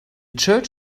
church